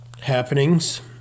Happenings